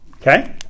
Okay